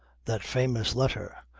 that famous letter.